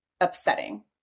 upsetting